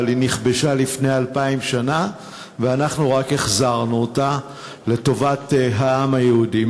אבל היא נכבשה לפני אלפיים שנה ואנחנו רק החזרנו אותה לטובת העם היהודי.